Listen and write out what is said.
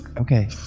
Okay